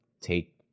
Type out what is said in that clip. take